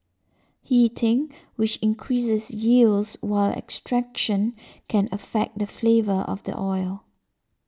heating which increases yields while extraction can affect the flavour of the oil